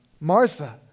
Martha